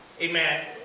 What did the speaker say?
Amen